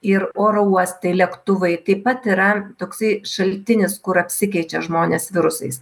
ir oro uostai lėktuvai taip pat yra toksai šaltinis kur apsikeičia žmonės virusais